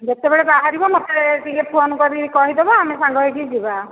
ଯେତେବେଳେ ବାହାରିବ ମୋତେ ଟିକେ ଫୋନ୍ କରିକି କହିଦେବ ଆମେ ସାଙ୍ଗ ହୋଇକି ଯିବା